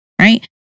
right